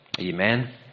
Amen